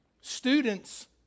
Students